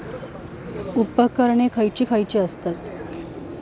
उपकरणे खैयची खैयची आसत?